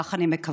כך אני מקווה,